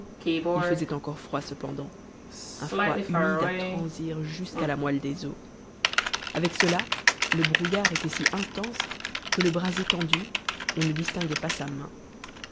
il faisait encore froid cependant un froid humide à transir jusqu'à la moelle des os avec cela le brouillard était si intense que le bras étendu on ne distinguait pas sa main